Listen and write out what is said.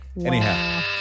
Anyhow